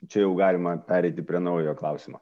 čia jau galima pereiti prie naujo klausimo